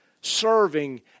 serving